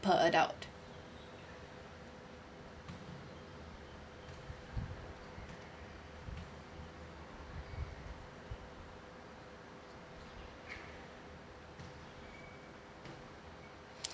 per adult